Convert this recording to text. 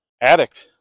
Addict